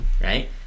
right